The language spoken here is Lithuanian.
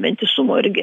vientisumo irgi